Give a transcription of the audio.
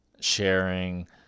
sharing